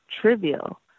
trivial